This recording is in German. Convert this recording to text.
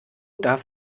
darf